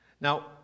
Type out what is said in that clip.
Now